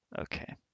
Okay